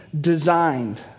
designed